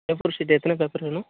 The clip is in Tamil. ஏஃபோர் ஷீட் எத்தனை பேப்பர் வேணும்